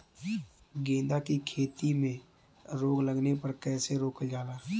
गेंदा की खेती में रोग लगने पर कैसे रोकल जाला?